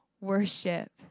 worship